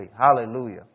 Hallelujah